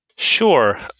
Sure